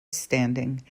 standing